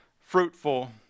fruitful